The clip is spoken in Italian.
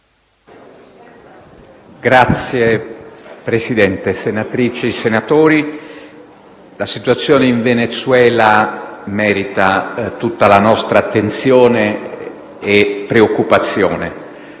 Signor Presidente, senatrici e senatori, la situazione in Venezuela merita tutta la nostra attenzione e preoccupazione.